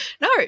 no